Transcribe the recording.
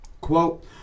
Quote